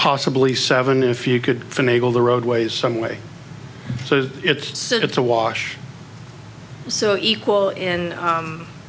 possibly seven if you could from able to roadways some way so it's sort of to wash so equal in